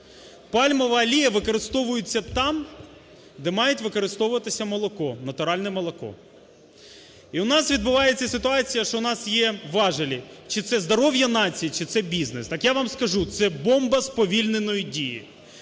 Пальмова олія використовується там, де мають використовуватися молоко, натуральне молоко. І у нас відбувається ситуація, що у нас є важелі – чи це здоров'я нації, чи це бізнес. Так я вам скажу, це бомба сповільненої дії.